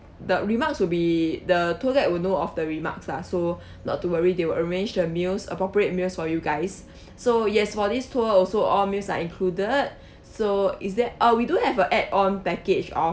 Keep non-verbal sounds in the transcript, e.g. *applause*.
the remarks will be the tour guide will know of the remarks lah so *breath* not to worry they will arrange the meals appropriate meals for you guys so yes for this tour also all meals are included so is there uh we do have a add on package of